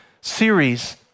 series